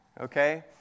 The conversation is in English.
Okay